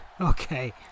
Okay